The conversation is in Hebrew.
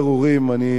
אני אומר לך,